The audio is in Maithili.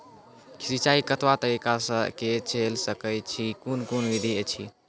सिंचाई कतवा तरीका सअ के जेल सकैत छी, कून कून विधि ऐछि?